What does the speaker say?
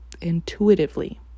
intuitively